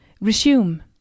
resume